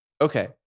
Okay